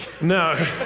No